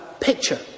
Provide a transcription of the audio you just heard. picture